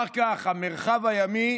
אומר כך: המרחב הימי